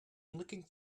looking